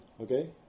Okay